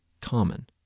common